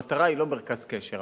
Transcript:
המטרה היא לא מרכז קשר.